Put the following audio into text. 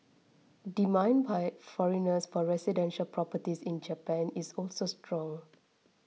demand by foreigners for residential properties in Japan is also strong